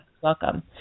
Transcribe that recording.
Welcome